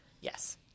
Yes